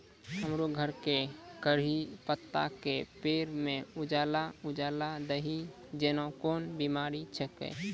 हमरो घर के कढ़ी पत्ता के पेड़ म उजला उजला दही जेना कोन बिमारी छेकै?